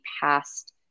past